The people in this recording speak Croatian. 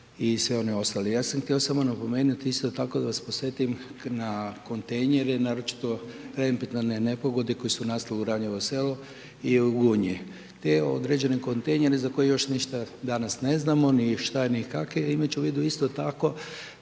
i sve one ostale. Ja sam htio samo napomenuti isto tako da smo …/Govornik se ne razumije./… na kontejnere naročito …/Govornik se ne razumije./… nepogode koje su nastale u Rajevu Selo i u Gunji, te određene kontejnere za koje još ništa danas ne znamo, ni šta ni kakve imajući u vidu isto tako